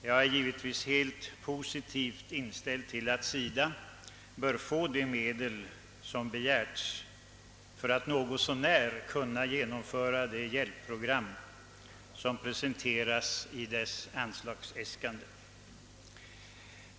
Jag ställer mig helt positiv till förslaget att SIDA skall få de medel man begärt, så att man något så när kan genomföra det hjälpprogram som presenteras i organisationens anslagsäskanden.